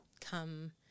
come